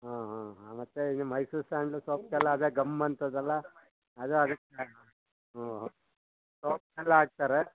ಹಾಂ ಹಾಂ ಹಾಂ ಮತ್ತು ಇದು ಮೈಸೂರ್ ಸ್ಯಾಂಡಲ್ ಸೋಪ್ಗೆಲ್ಲ ಅದೇ ಗಮ್ ಅಂತದಲ್ಲ ಅದು ಅದಕ್ಕೆ ಹ್ಞೂ ಸೋಪ್ಗೆಲ್ಲ ಹಾಕ್ತಾರೆ